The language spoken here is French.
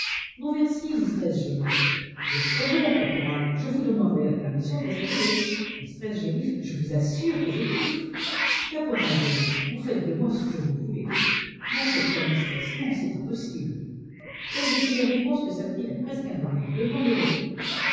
non merci mistress joliffe vous êtes trop bon caporal je vous demanderai la permission de respirer mistress joliffe je vous assure que j'étouffe caporal joliffe vous faites de moi ce que vous voulez non cette fois mistress non c'est impossible telles étaient les réponses que s'attirait presque invariablement l'heureux couple